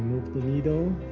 the needle